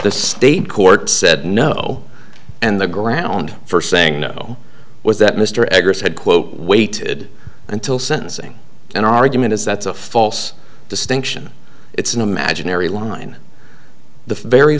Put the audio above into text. the state court said no and the ground for saying no was that mr eggers had quote waited until sentencing an argument is that's a false distinction it's an imaginary line the very